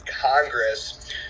Congress